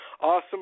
awesome